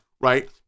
right